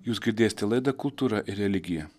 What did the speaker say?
jūs girdėste laidą kultūra ir religija